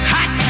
Hot